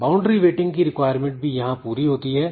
boundary wetting की requirement भी यहां पूरी होती है